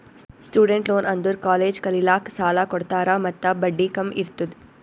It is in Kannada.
ಸ್ಟೂಡೆಂಟ್ ಲೋನ್ ಅಂದುರ್ ಕಾಲೇಜ್ ಕಲಿಲ್ಲಾಕ್ಕ್ ಸಾಲ ಕೊಡ್ತಾರ ಮತ್ತ ಬಡ್ಡಿ ಕಮ್ ಇರ್ತುದ್